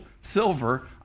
silver